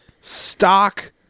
stock